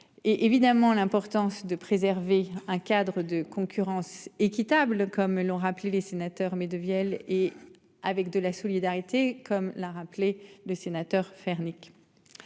évidemment l'importance de préserver un cadre de concurrence équitable, comme l'ont rappelé les sénateurs mais de vielle et avec de la solidarité comme l'a rappelé de sénateurs faire Nick.